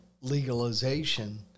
legalization